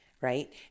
right